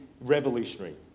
revolutionary